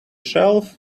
shelf